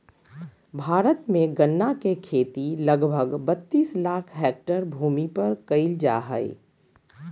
भारत में गन्ना के खेती लगभग बत्तीस लाख हैक्टर भूमि पर कइल जा हइ